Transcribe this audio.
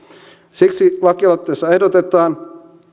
siksi lakialoitteessa ehdotetaan